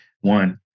one